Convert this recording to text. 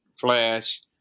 flash